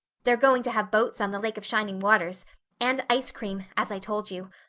they're going to have boats on the lake of shining waters and ice cream, as i told you.